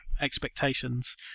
expectations